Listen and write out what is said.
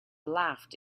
laughed